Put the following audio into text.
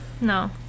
No